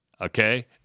okay